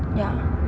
ya